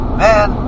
man